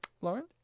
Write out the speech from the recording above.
Lauren